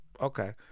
Okay